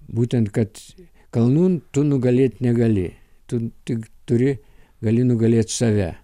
būtent kad kalnų tu nugalėt negali tu tik turi gali nugalėt save